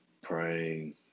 Praying